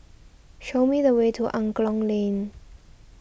show me the way to Angklong Lane